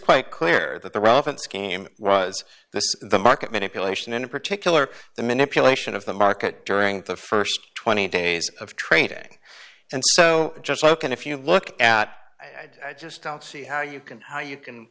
quite clear that the relevant scheme was this the market manipulation in particular the manipulation of the market during the st twenty days of trading and so just look and if you look at i just don't see how you can how you can